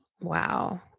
wow